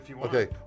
Okay